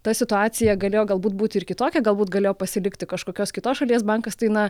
ta situacija galėjo galbūt būti ir kitokia galbūt galėjo pasilikti kažkokios kitos šalies bankas tai na